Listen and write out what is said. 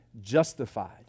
justified